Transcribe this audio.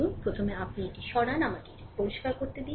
প্রথমে আপনি এটি সরান আমাকে এটি পরিষ্কার করুন